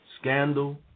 scandal